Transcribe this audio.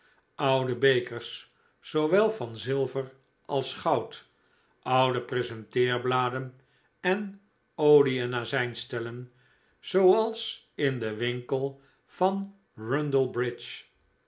oude bekers zoowel van zilver als goud oude presenteerbladen en olie en azijn stellen zooals in den winkel van rundell